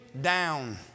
down